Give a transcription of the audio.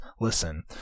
Listen